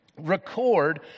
record